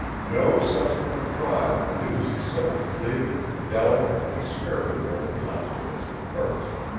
no subsequent trial produced so clear, delicate, and spiritual a concert as the first.